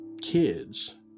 kids